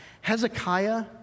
Hezekiah